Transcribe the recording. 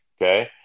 Okay